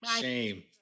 shame